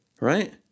right